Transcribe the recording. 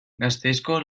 gasteizko